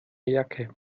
jacke